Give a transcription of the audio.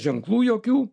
ženklų jokių